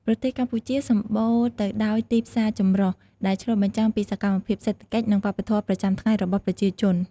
ប្រទេសកម្ពុជា សម្បូរទៅដោយទីផ្សារចម្រុះ ដែលឆ្លុះបញ្ចាំងពីសកម្មភាពសេដ្ឋកិច្ច និងវប្បធម៌ប្រចាំថ្ងៃរបស់ប្រជាជន។